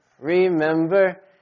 Remember